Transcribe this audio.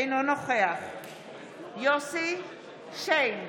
אינו נוכח יוסף שיין,